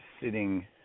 sitting